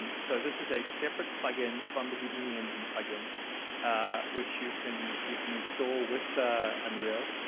um so this is a separate plugin from the houdini engine plugin which you can you can install with unreal.